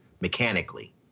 Mechanically